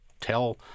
tell